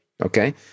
Okay